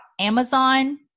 Amazon